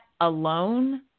alone